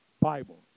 Bible